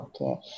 Okay